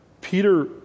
Peter